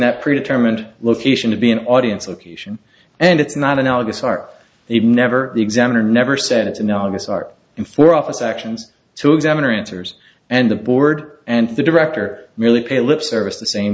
that pre determined location to be an audience location and it's not analogous art they've never the examiner never said it's analogous art in for office actions to examiner answers and the board and the director merely pay lip service the same